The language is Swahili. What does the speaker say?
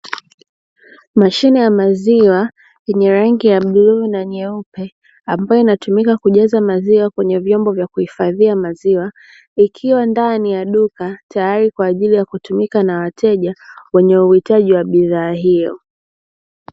Mashine ya maziwa yenye rangi ya bluu na nyeupe ambayo inatumika kujaza maziwa kwenye vyombo vya kuhifadhia maziwa, ikiwa ndani ya duka tayari kwa ajili ya kutumika na wateja wenye uhitaji wa bidhaa hiyo.